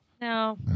No